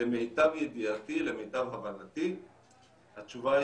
למיטב ידיעתי ולמיטב הבנתי התשובה היא